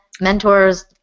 mentors